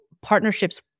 partnerships